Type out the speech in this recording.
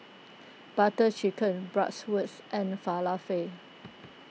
Butter Chicken Bratwurst and Falafel